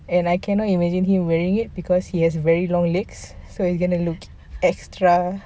and I cannot imagine him wearing it cause he have very long legs so it's going to look extra